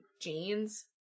jeans